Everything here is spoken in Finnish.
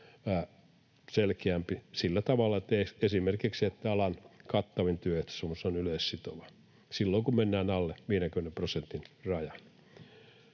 selkeämpi, sillä tavalla esimerkiksi, että alan kattavin työehtosopimus on yleissitova silloin, kun mennään alle 50 prosentin rajan.